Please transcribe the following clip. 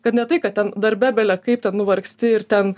kad ne tai kad ten darbe bele kaip ten nuvargsti ir ten